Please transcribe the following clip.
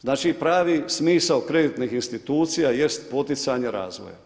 Znači pravi smisao kreditnih institucija jest poticanje razvoja.